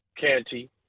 Canty